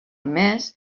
més